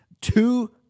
two